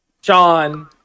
Sean